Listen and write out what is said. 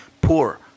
poor